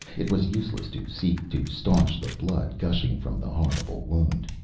it was useless to seek to stanch the blood gushing from the horrible wound.